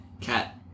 Cat